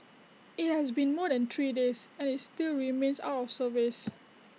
IT has been more than three days and is still remains out of service